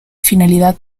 finalidad